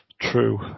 True